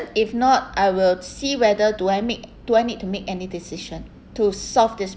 if not I will see whether do I make do I need to make any decision to solve this